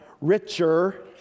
richer